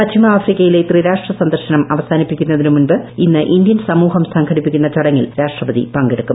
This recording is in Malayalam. പശ്ചിമ ആഫ്രിക്കയിലെ ത്രിരാഷ്ട്ര സന്ദർശനം അവസാനിപ്പി ക്കുന്നതിനു മുൻപ് ഇന്ന് ഇൻഡ്യൻ സമൂഹം സംഘടിപ്പിക്കുന്ന ചട ങ്ങിൽ രാഷ്ട്രപതി പങ്കെടുക്കും